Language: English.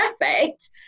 Perfect